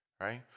Right